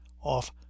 off